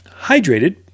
hydrated